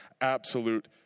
Absolute